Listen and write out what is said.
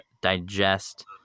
digest